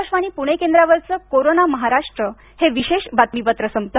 आकाशवाणी पुणे केंद्रावरचं कोरोना महाराष्ट्र हे विशेष बातमीपत्र संपल